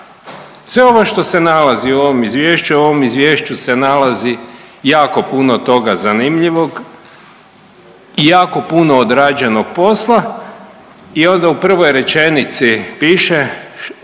Sve ovo što se nalazi u ovom izvješću, a u ovom izvješću se nalazi jako puno toga zanimljivog i jako puno odrađenog posla i onda u prvoj rečenici piše